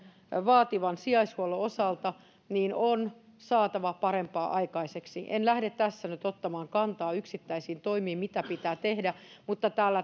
vaativan sijaishuollon osalta on saatava parempaa aikaiseksi en lähde tässä nyt ottamaan kantaa yksittäisiin toimiin mitä pitää tehdä mutta